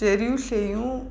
जेरियूं शयूं